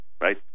right